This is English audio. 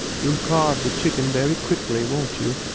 you'll carve the chicken very quickly, won't you,